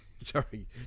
Sorry